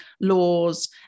laws